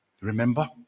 remember